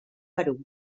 perú